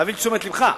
להביא לתשומת לבך,